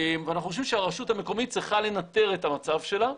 ואנחנו חושבים שהרשות המקומית צריכה לנטר את המצב שלה.